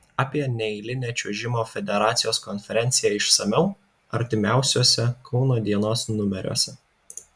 apie neeilinę čiuožimo federacijos konferenciją išsamiau artimiausiuose kauno dienos numeriuose